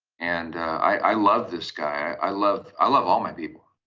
and i love this guy. i love i love all my people,